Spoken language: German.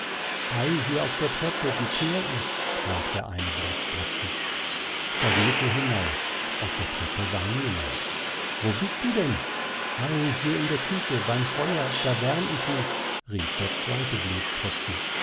ei hier auf der treppe die kehr ich sprach der eine blutstropfen da ging sie hinaus auf der treppe war niemand wo bist du denn ei hier in der küche beim feuer da wärm ich mich rief der zweite blutstropfen